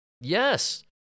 Yes